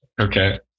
Okay